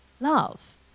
love